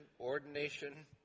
ordination